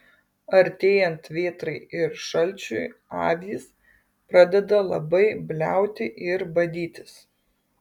artėjant vėtrai ir šalčiui avys pradeda labai bliauti ir badytis